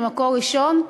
ממקור ראשון,